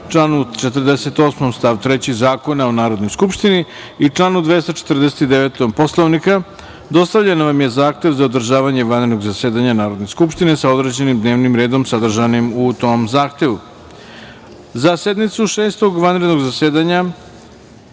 članu 48. stav 3. Zakona o Narodnoj skupštini i članu 249. Poslovnika, dostavljen vam je Zahtev za održavanje vanrednog zasedanja Narodne skupštine, sa određenim dnevnim redom, sadržanim u tom Zahtevu.Za sednicu Šestog vanrednog zasedanja,